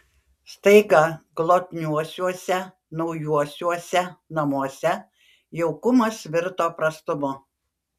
staiga glotniuosiuose naujuosiuose namuose jaukumas virto prastumu